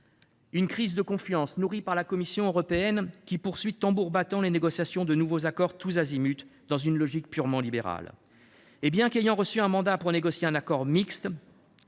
La crise de confiance est nourrie par la Commission européenne, qui poursuit tambour battant les négociations de nouveaux accords tous azimuts, dans une logique purement libérale. Et bien qu’ayant reçu un mandat pour négocier un accord mixte,